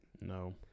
No